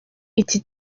iki